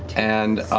and